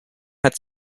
hat